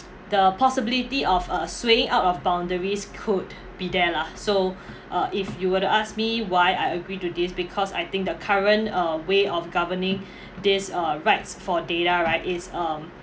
the possibility of uh swaying out of boundaries could be there lah so uh if you were to ask me why I agree to this because I think the current uh way of governing this uh rights for data right is um